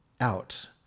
out